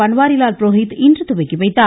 பன்வாரி லால் புரோஹித் இன்று துவக்கிவைத்தார்